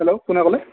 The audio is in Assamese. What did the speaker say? হেল্ল' কোনে ক'লে